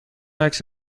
عکس